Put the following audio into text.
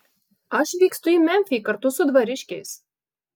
aš vykstu į memfį kartu su dvariškiais